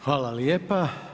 Hvala lijepa.